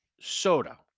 soda